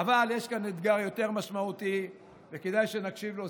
אבל יש כאן אתגר יותר משמעותי, וכדאי שנקשיב לו.